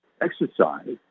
exercise